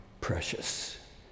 precious